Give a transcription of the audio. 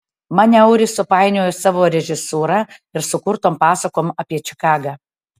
mane auris supainiojo savo režisūra ir sukurtom pasakom apie čikagą